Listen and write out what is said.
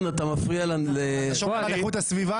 אתה שומר על איכות הסביבה?